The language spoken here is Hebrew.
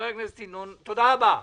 תודה רבה.